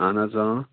اہن حظ اۭں